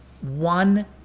one